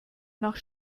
nach